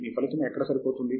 మీ ఫలితం ఎక్కడ సరిపోతుంది